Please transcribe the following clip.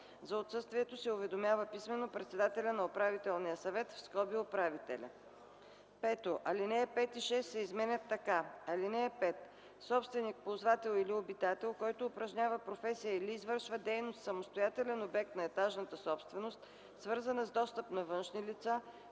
За отсъствието се уведомява писмено председателя на управителния съвет (управителя).” 5. Алинеи 5 и 6 се изменят така: „(5) Собственик, ползвател или обитател, който упражнява професия или извършва дейност в самостоятелен обект на етажната собственост, свързана с достъп на външни лица,